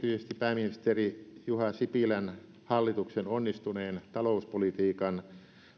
pääministeri juha sipilän hallituksen onnistuneen talouspolitiikan